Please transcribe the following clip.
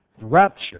rapture